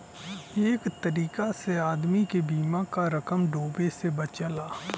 एक तरीका से आदमी के बीमा क रकम डूबे से बचला